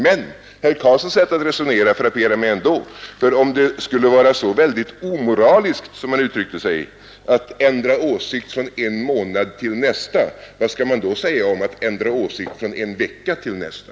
Men herr Karlssons sätt att resonera frapperar mig ändå, för om det skulle vara så väldigt omoraliskt, som han uttryckte sig, att ändra åsikt från en månad till nästa, vad skall man då säga om att ändra åsikt från en vecka till nästa?